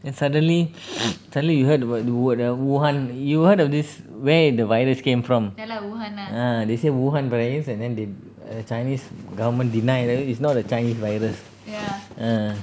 then suddenly suddenly you heard about the word the wuhan you heard of this where the virus came from uh they say wuhan virus and then the chinese government deny th~ is not a chinese virus uh